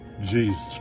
jesus